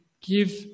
give